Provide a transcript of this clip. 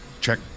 check